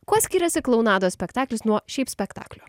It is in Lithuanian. kuo skiriasi klounados spektaklis nuo šiaip spektaklio